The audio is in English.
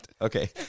Okay